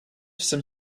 some